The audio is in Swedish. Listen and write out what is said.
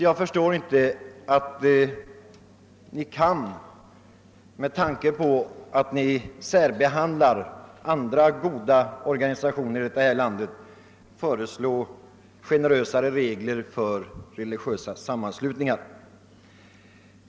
Jag förstår därför inte att ni kan med tanke på att ni särbehandlar andra goda organisationer i detta land föreslå generösare regler för religiösa sammanslutningar.